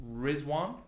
Rizwan